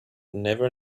never